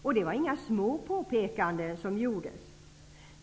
Och det var inga små påpekanden som gjordes.